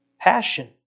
passion